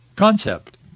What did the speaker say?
concept